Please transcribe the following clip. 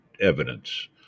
evidence